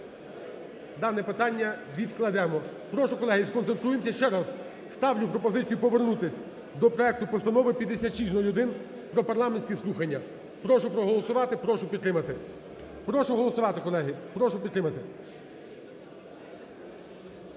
дане питання відкладемо. Прошу, колеги, сконцентруємося ще раз. Ставлю пропозицію повернутись до проекту Постанови 5601 про парламентські слухання. Прошу проголосувати, прошу підтримати. Прошу голосувати, колеги, прошу підтримати.